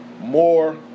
more